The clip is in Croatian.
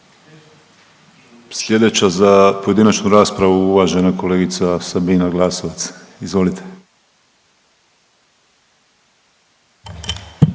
Slijedeća za pojedinačnu raspravu uvažena kolegica Sabina Glasovac. Izvolite.